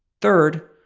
third,